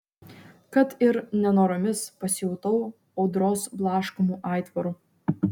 kad ir nenoromis pasijutau audros blaškomu aitvaru